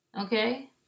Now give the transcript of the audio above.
Okay